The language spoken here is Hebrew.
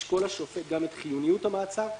ישקול השופט גם את חיוניות המעצר,